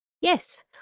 yes